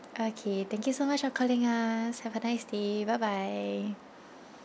okay thank you so much for calling us have a nice day bye bye